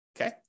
okay